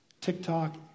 TikTok